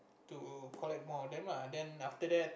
to collect more of them lah then after that